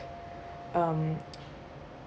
um